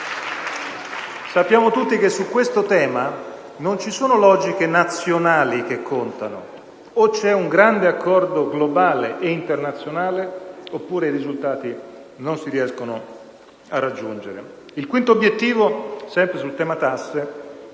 Sappiamo tutti che su questo tema non ci sono logiche nazionali che contano: o c'è un grande accordo globale ed internazionale oppure i risultati non si riescono a raggiungere. Il quinto obiettivo, sempre sul tema tasse, era quello che toccava